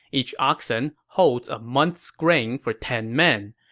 each oxen holds a month's grain for ten men.